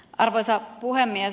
arvoisa puhemies